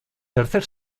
tercer